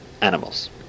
animals